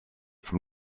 from